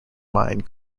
mind